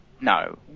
no